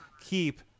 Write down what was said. keep